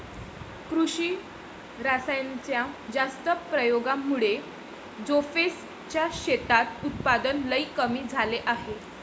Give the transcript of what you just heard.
कृषी रासायनाच्या जास्त प्रयोगामुळे जोसेफ च्या शेतात उत्पादन लई कमी झाले आहे